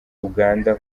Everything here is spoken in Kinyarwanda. uganda